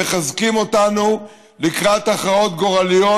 מחזקים אותנו לקראת הכרעות גורליות,